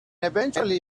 eventually